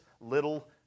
little